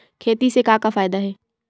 खेती से का का फ़ायदा हे?